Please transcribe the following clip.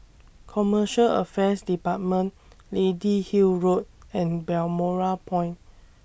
Commercial Affairs department Lady Hill Road and Balmoral Point